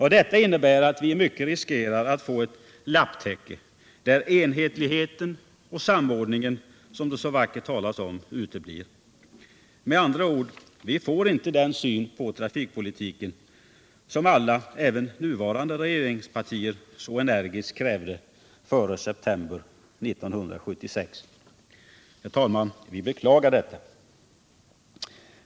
Detta innebär att vi i mycket riskerar att få ett lapptäcke där enhetligheten och samordningen, som det så vackert talas om, uteblir. Med andra ord: vi får inte den syn på trafikpolitiken som alla, även nuvarande regeringspartier, så energiskt krävde före september 1976. Herr talman! Vi beklagar detta.